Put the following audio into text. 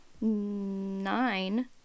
nine